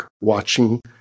watching